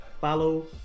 follow